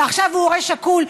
ועכשיו הוא הורה שכול,